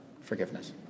Forgiveness